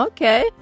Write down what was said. Okay